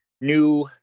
new